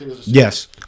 Yes